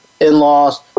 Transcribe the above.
in-laws